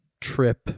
trip